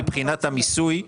מבחינת המיסוי,